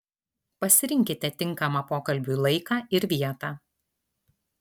pasirinkite tinkamą pokalbiui laiką ir vietą